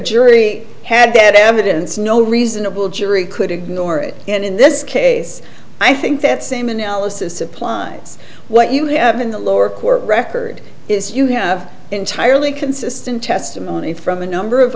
jury had that evidence no reasonable jury could ignore it and in this case i think that same analysis applies what you have in the lower court record is you have entirely consistent testimony from a number of